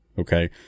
okay